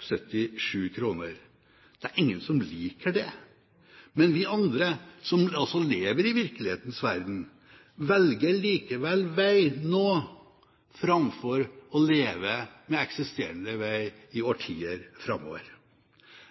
77 kr. Det er ingen som liker det, men vi andre, som altså lever i virkelighetens verden, velger likevel vei nå, framfor å leve med eksisterende vei i årtier framover.